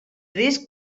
risc